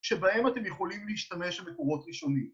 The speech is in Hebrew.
‫שבהם אתם יכולים להשתמש ‫במקורות ראשונים.